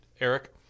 Eric